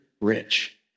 rich